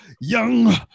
young